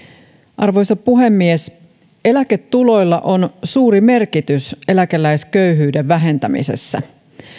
arvoisa puhemies eläketuloilla on suuri merkitys eläkeläisköyhyyden vähentämisessä